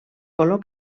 color